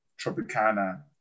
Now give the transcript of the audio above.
Tropicana